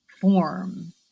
form